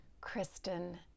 Kristen